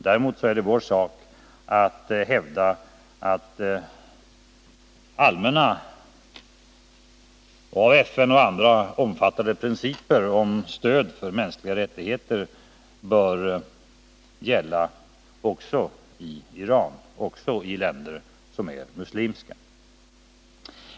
Däremot är det vår sak att hävda allmänna, av FN och andra omfattade principer om mänskliga rättigheter, i Iran och andra länder som är muslimska.